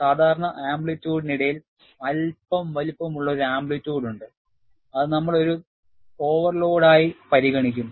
സാധാരണ ആംപ്ലിറ്റ്യൂഡിന് ഇടയിൽ അല്പം വലുപ്പമുള്ള ഒരു ആംപ്ലിറ്റ്യൂഡ് ഉണ്ട് അത് നമ്മൾ ഒരു ഓവർലോഡായി പരിഗണിക്കും